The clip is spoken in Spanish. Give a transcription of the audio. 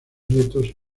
nietos